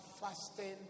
fasting